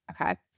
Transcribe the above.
Okay